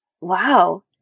wow